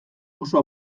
oso